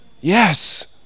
Yes